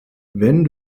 wenn